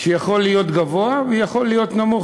שיכול להיות גבוה ויכול להיות נמוך,